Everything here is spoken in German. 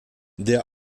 der